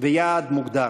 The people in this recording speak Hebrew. ויעד מוגדר.